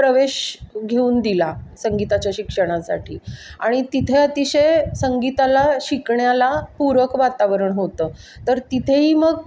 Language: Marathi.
प्रवेश घेऊन दिला संगीताच्या शिक्षणासाठी आणि तिथे अतिशय संगीताला शिकण्याला पूरक वातावरण होतं तर तिथेही मग